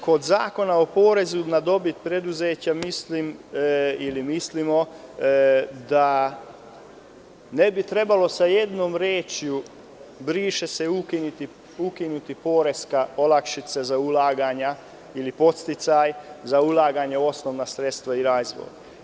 Kod Zakona o porezu na dobit preduzeća, mislimo da ne bi trebalo sa jednom rečju – briše se: „ukinuti poresku olakšicu za ulaganja ili podsticaj za ulaganja u osnovna sredstva i razvoj“